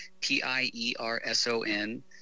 P-I-E-R-S-O-N